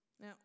Now